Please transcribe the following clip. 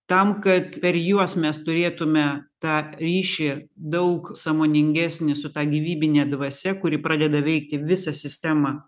tam kad per juos mes turėtume tą ryšį daug sąmoningesnį su ta gyvybine dvasia kuri pradeda veikti visą sistemą